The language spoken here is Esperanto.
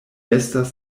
estas